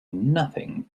nothing